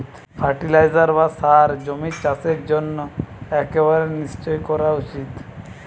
fertiliser বা সার জমির চাষের জন্য একেবারে নিশ্চই করা উচিত